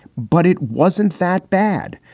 but it wasn't that bad.